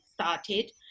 started